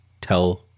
tell